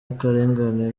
akarengane